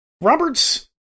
Roberts